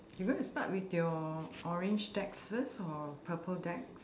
you going to start with your orange decks first or purple decks